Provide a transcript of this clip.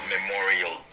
Memorial